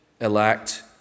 elect